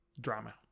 drama